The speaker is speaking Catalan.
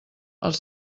els